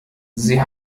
sie